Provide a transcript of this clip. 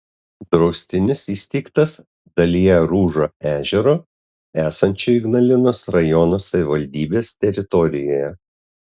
draustinis įsteigtas dalyje rūžo ežero esančio ignalinos rajono savivaldybės teritorijoje